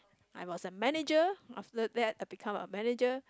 I was a manager after that I become a manager